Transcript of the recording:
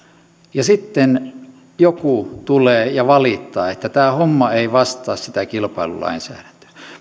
niin sitten joku tulee ja valittaa että tämä homma ei vastaa sitä kilpailulainsäädäntöä